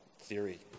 theory